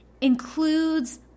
includes